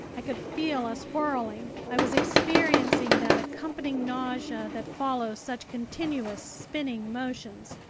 i could feel us whirling. i was experiencing that accompanying nausea that follows such continuous spinning motions.